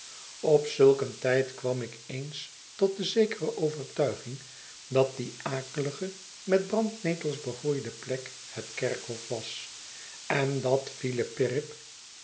op zuik een tijd kwam ik eens tot de zekere overtuiging dat die akelige metbrandnetels begroeide piek het kerkhof was en dat filip